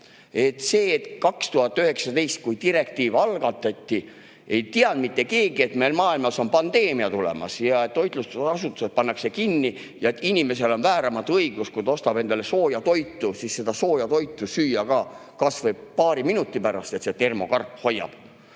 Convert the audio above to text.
välja. 2019, kui direktiiv algatati, ei teadnud mitte keegi, et maailmas on pandeemia tulemas ja toitlustusasutused pannakse kinni. Inimesel on vääramatu õigus, kui ta ostab endale sooja toitu, seda sooja toitu süüa kas või paari minuti pärast. Ja termokarp seda